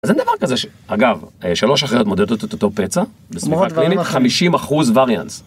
אז אין דבר כזה, אגב, שלוש אחיות מודדות את אותו פצע, בסמיכה קלינית, 50 אחוז וריאנס.